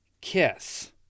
Kiss